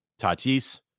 Tatis